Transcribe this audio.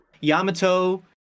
Yamato